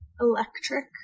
electric